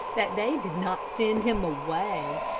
that they did not send him away,